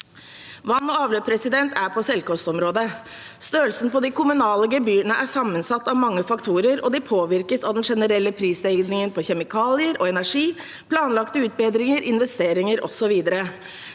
Vann og avløp er på selvkostområdet. Størrelsen på de kommunale gebyrene er sammensatt av mange faktorer, og de påvirkes av den generelle prisstigningen på kjemikalier og energi, planlagte utbedringer, investeringer osv.